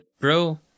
bro